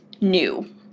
new